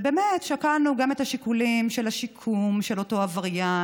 ובאמת שקלנו גם את השיקולים של השיקום של אותו עבריין,